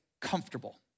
comfortable